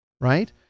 right